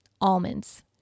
almonds